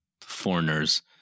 foreigners